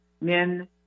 men